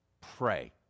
pray